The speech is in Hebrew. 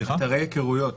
אתרי היכרויות